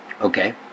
Okay